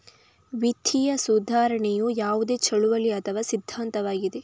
ವಿತ್ತೀಯ ಸುಧಾರಣೆಯು ಯಾವುದೇ ಚಳುವಳಿ ಅಥವಾ ಸಿದ್ಧಾಂತವಾಗಿದೆ